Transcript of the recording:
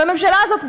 והממשלה הזאת,